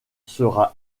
sera